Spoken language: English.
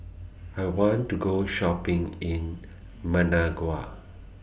I want to Go Shopping in Managua